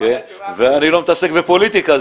ואני לא מתעסק בפוליטיקה,